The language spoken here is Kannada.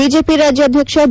ಬಿಜೆಪಿ ರಾಜ್ನಾದ್ಯಕ್ಷ ಬಿ